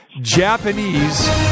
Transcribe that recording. Japanese